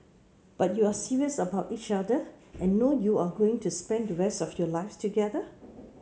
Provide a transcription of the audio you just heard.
but you're serious about each other and know you're going to spend the rest of your lives together